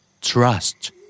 Trust